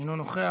אינו נוכח,